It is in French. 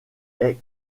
est